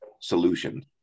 solutions